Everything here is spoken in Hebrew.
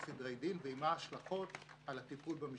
הסוציאליות ועמה השלכות על הטיפול במשפחות.